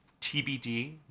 TBD